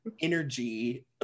energy